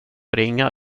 ringa